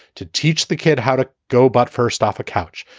to teach the kid how to go. but first off, a couch.